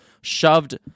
shoved